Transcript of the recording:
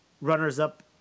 Runners-up